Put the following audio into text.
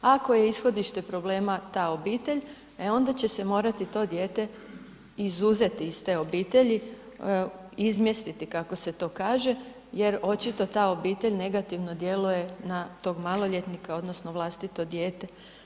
Ako je ishodište problema ta obitelj, e onda će se morati to dijete izuzeti iz te obitelji, izmjestiti kako se to kaže jer očito ta obitelj negativno djeluje na tog maloljetnika odnosno vlastito dijete.